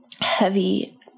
heavy